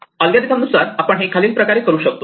अल्गोरिदमनुसार आपण हे खालील प्रकारे करू शकतो